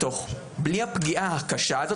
בלי הפגיעה הקשה הזאת.